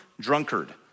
drunkard